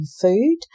food